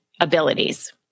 abilities